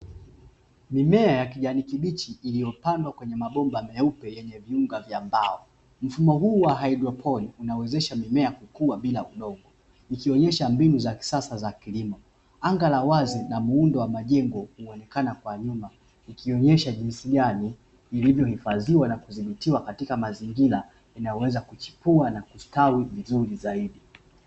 Mimea ya kijani kibichi iliyopandwa kwenye mabomba meupe yenye viunga vya mbao. Mfumo huu wa haidroponi unaowezesha mimea kukua bila udongo ikionyesha mbinu za kisasa za kilimo. Anga la wazi na muundo wa majengo huonekana kwa nyuma; ikionyesha jinsi gani vilivyohifadhiwa na kudhibitiwa katika mazingira inayoweza kuchipua na kustawi vizuri zaidi.